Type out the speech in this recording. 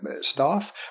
staff